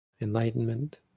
enlightenment